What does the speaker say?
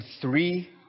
three